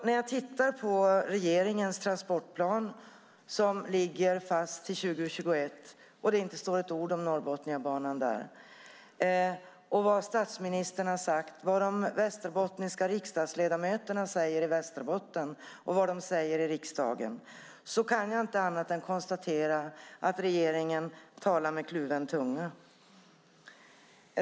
När jag då tittar på regeringens transportplan som ligger fast till 2020/21 och ser att det inte står ett ord om Norrbotniabanan, vad statsministern har sagt och vad de västerbottniska riksdagsledamöterna säger i Västerbotten och i riksdagen, kan jag inte annat än konstatera att regeringen talar med kluven tunga.